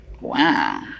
Wow